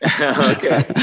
Okay